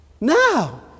Now